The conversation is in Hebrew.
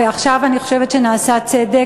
ועכשיו אני חושבת שנעשה צדק.